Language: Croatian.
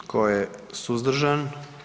Tko je suzdržan?